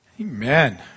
Amen